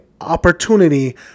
opportunity